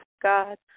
God